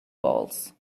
balls